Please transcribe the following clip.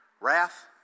wrath